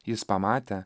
jis pamatė